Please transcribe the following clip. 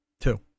two